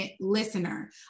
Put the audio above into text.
listener